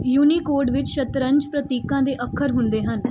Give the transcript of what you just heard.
Unicode ਵਿੱਚ ਸ਼ਤਰੰਜ ਪ੍ਰਤੀਕਾਂ ਦੇ ਅੱਖਰ ਹੁੰਦੇ ਹਨ